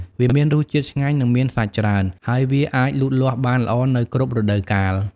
វាមានរសជាតិឆ្ងាញ់ និងមានសាច់ច្រើន ហើយវាអាចលូតលាស់បានល្អនៅគ្រប់រដូវកាល។